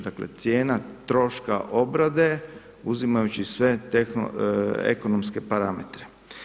Dakle cijena troška obrade uzimajući sve ekonomske parametre.